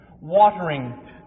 watering